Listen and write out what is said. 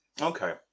Okay